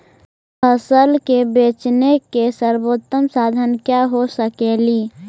फसल के बेचने के सरबोतम साधन क्या हो सकेली?